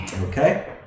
Okay